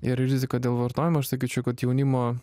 ir riziką dėl vartojimo aš sakyčiau kad jaunimo